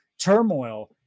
turmoil